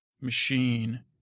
machine